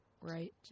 right